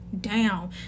down